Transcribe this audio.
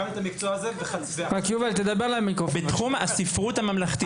הקמתי את המקצוע הזה --- בתחום הספרות הממלכתית.